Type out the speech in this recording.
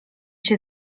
się